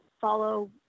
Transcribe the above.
Follow